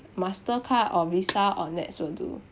mastercard or visa or NETS will do